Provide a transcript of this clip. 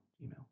email